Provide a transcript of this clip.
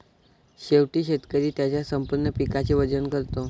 शेवटी शेतकरी त्याच्या संपूर्ण पिकाचे वजन करतो